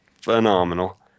phenomenal